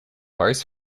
parts